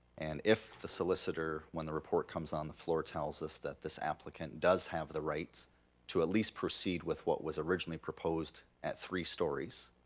and if the solicitor when the report comes on the floor, tells us that this applicant does have the right to at least proceed with what was originally proposed at three stories,